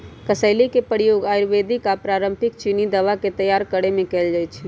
कसेली के प्रयोग आयुर्वेदिक आऽ पारंपरिक चीनी दवा के तइयार करेमे कएल जाइ छइ